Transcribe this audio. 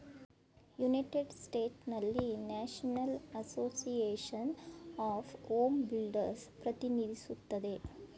united ಸ್ಟೇಟ್ಸ್ನಲ್ಲಿ national association of home builders ಪ್ರತಿನಿಧಿಸುತ್ತದೆ